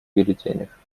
бюллетенях